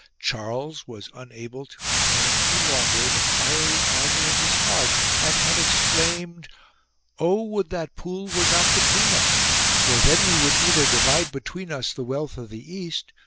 charles was unable to contain any longer the fiery ardour of his heart and had exclaimed oh, would that pool were not between us for then we would either divide between us the wealth of the east,